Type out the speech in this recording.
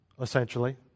essentially